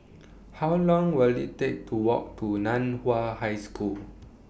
How Long Will IT Take to Walk to NAN Hua High School